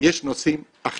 יש נושאים אחרים.